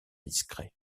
discret